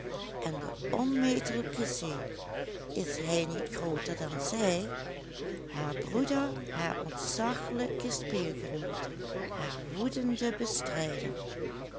en de onmetelijke zee is hij niet grooter dan zij haar broeder haar ontzaglijke speelgenoot haar woedende bestrijder